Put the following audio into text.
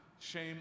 shame